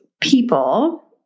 people